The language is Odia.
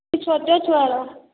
ଛୋଟ ଛୁଆର